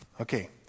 Okay